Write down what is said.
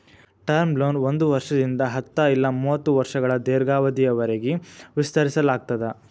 term loan ಒಂದ್ ವರ್ಷದಿಂದ ಹತ್ತ ಇಲ್ಲಾ ಮೂವತ್ತ ವರ್ಷಗಳ ದೇರ್ಘಾವಧಿಯವರಿಗಿ ವಿಸ್ತರಿಸಲಾಗ್ತದ